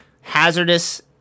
hazardous